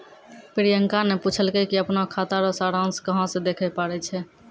प्रियंका ने पूछलकै कि अपनो खाता रो सारांश कहां से देखै पारै छै